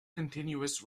continuous